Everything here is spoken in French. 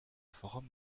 forum